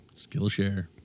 Skillshare